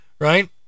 Right